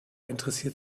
interessiert